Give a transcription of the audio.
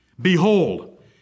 Behold